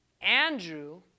Andrew